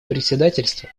председательство